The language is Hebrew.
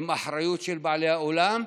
עם אחריות של בעלי האולם,